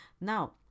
Now